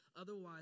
Otherwise